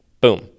boom